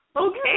Okay